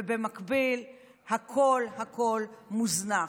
ובמקביל הכול מוזנח.